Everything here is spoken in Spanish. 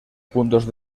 puntos